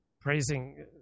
praising